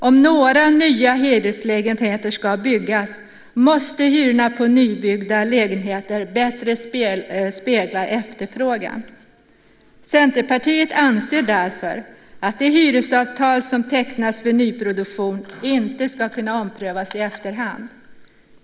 Om några nya hyreslägenheter ska byggas måste hyrorna på nybyggda lägenheter bättre spegla efterfrågan. Centerpartiet anser därför att de hyresavtal som tecknas vid nyproduktion inte ska kunna omprövas i efterhand.